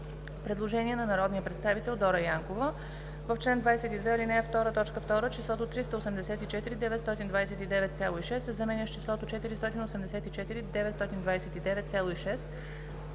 Предложение на народния представител Дора Янкова: „В чл. 22, ал. 2, т. 2 числото „384 929,6“ се заменя с числото „484 929,6“